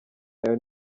nayo